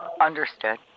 understood